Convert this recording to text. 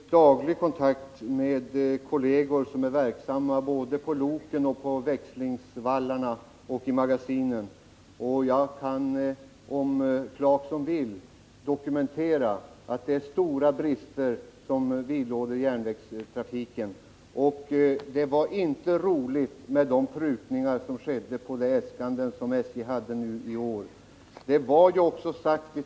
Herr talman! Jag har daglig kontakt med kolleger som är verksamma på loken, på växlingsvallarna och i magasinen. Om Rolf Clarkson vill kan jag dokumentera att järnvägstrafiken dras med stora brister. Det var inte roligt att se vilka prutningar som gjordes i SJ:s äskanden i år.